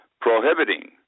prohibiting